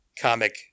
comic